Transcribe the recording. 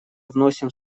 вносим